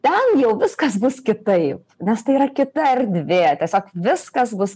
ten jau viskas bus kitaip nes tai yra kita erdvė tiesiog viskas bus